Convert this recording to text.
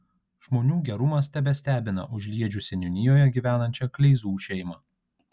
žmonių gerumas tebestebina užliedžių seniūnijoje gyvenančią kleizų šeimą